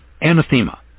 anathema